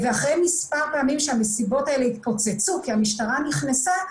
אחרי מספר פעמים שהמסיבות האלה התפוצצו כי המשטרה נכנסה,